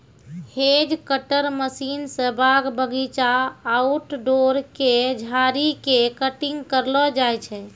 hedge cutter machine स बाग बगीचा, आउटडोर के झाड़ी के कटिंग करलो जाय छै